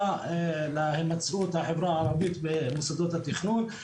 להימצאות החברה הערבית במוסדות התכנון,